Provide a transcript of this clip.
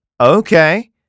Okay